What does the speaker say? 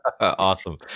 Awesome